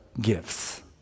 gifts